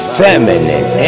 feminine